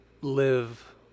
live